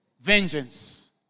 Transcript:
vengeance